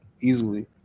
easily